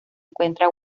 encuentra